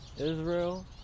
Israel